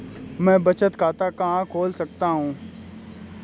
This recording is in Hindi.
मैं बचत खाता कहाँ खोल सकता हूँ?